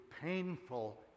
painful